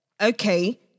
Okay